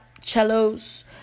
cellos